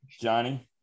Johnny